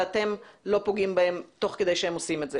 ואתם לא פוגעים בהם תוך כדי שהם עושים את זה.